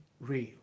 real